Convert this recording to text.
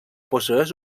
posseeix